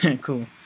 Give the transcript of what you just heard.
cool